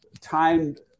timed